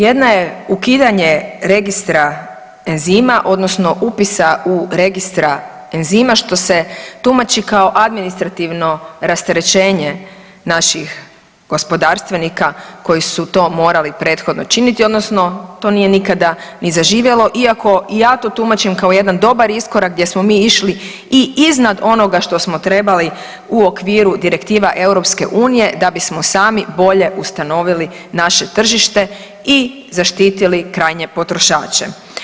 Jedna je ukidanje registra enzima odnosno upisa u registra enzima što se tumači kao administrativno rasterećenje naših gospodarstvenika koji su to morali prethodno činit, odnosno to nije nikada ni zaživjelo iako ja to tumačim kao jedan dobar iskorak gdje smo mi išli i iznad onoga što smo trebali u okvira direktiva EU da bismo sami bolje ustanovilo naše tržište i zaštitili krajnje potrošače.